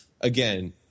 again